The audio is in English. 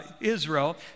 Israel